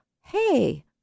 hey